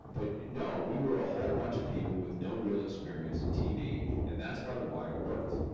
but no, we were a whole bunch of people with no real experience in tv, and that's why the wire worked.